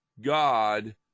God